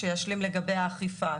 שישלים לגבי האכיפה.